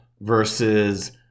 versus